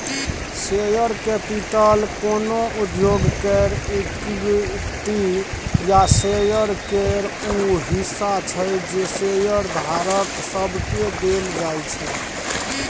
share capital कोनो उद्योग केर इक्विटी या शेयर केर ऊ हिस्सा छै जे शेयरधारक सबके देल जाइ छै